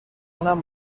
اونم